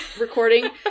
recording